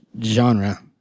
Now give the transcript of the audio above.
genre